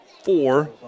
Four